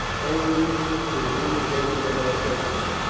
owing to the limitation of our senses.